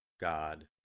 God